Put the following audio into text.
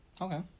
Okay